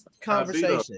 Conversation